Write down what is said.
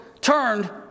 turned